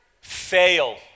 fail